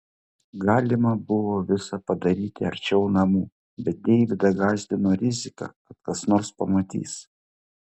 galima buvo visa padaryti arčiau namų bet deividą gąsdino rizika kad kas nors pamatys